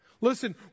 Listen